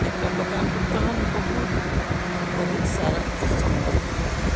एकटा दोकान पर तहन बहुत बहुत सारा समान खरीदलहुँ